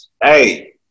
Hey